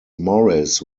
morris